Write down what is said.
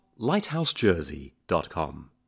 lighthousejersey.com